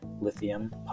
Lithium